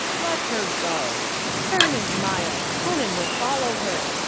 let her go fern is mild conan will follow her.